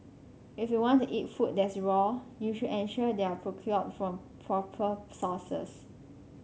if you want to eat food that's raw you should ensure they are procured from proper sources